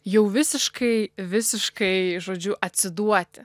jau visiškai visiškai žodžiu atsiduoti